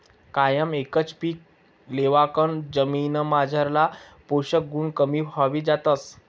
कायम एकच पीक लेवाकन जमीनमझारला पोषक गुण कमी व्हयी जातस